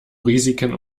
risiken